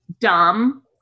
dumb